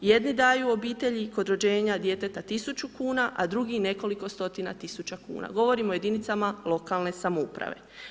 Jedni daju obitelji kod rođenja djeteta tisuću kuna, a drugi nekoliko stotina tisuća kuna, govorim o jedinicama lokalne samouprave.